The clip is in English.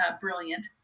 brilliant